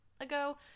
ago